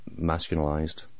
masculinized